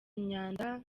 imyanda